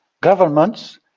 governments